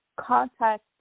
Contact